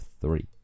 three